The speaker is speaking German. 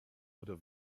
oder